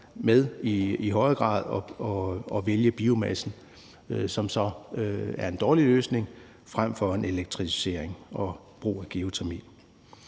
grad at ende med at vælge biomassen, som så er en dårlig løsning, frem for en elektrificering og brug af geotermi.